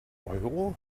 euro